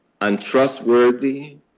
untrustworthy